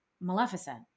Maleficent